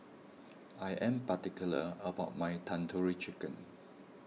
I am particular about my Tandoori Chicken